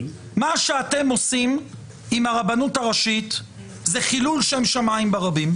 מה שאתם עושים עם הרבנות הראשית זה חילול שם שמיים ברבים,